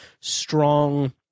strong